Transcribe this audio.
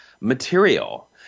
material